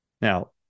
Now